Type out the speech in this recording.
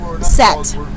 set